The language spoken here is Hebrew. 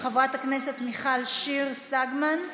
של חברת הכנסת מיכל שיר סגמן,